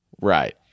right